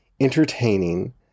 entertaining